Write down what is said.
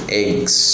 eggs